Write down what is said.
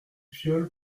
piaule